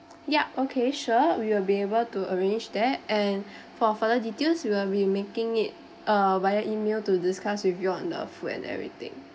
yup okay sure we'll be able to arrange that and for further details we'll be making it uh via E-mail to discuss with you on the food and everything